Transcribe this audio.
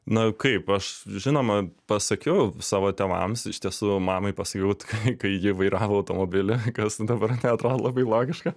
na kaip aš žinoma pasakiau savo tėvams iš tiesų mamai pasakiau kai ji vairavo automobilį kas dabar neatrodo labai logiška